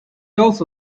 also